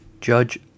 judge